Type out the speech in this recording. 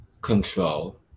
control